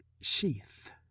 sheath